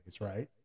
right